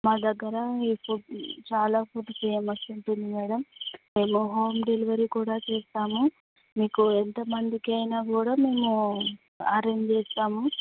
మా దగ్గర ఈ ఫుడ్ చాలా ఫుడ్ ఫేమస్ ఉంటుంది మేడమ్ మేము హోమ్ డెలివరీ కూడా చేస్తాము మీకు ఎంతమందికి అయినా కూడా మేము అరెంజ్ చేస్తాము